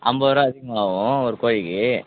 ஐம்பது ரூபா அதிகமாகும் ஒரு கோழிக்கு